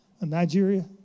Nigeria